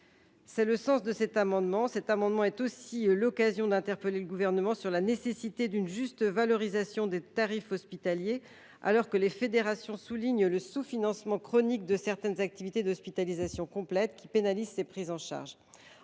de leur situation financière. Cet amendement est aussi l’occasion d’interpeller le Gouvernement sur la nécessité d’une juste valorisation des tarifs hospitaliers, alors que les fédérations soulignent le sous financement chronique de certaines activités d’hospitalisation complète, qui pénalise ces prises en charge.